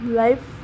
life